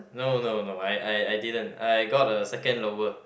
no no no I I I didn't I got a second lower